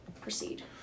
proceed